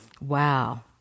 Wow